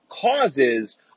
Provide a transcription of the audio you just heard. causes